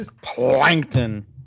Plankton